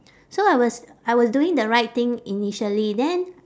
so I was I was doing the right thing initially then